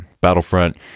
Battlefront